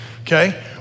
Okay